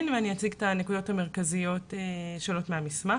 ואת הנקודות המרכזיות העולות מהמסמך.